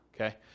Okay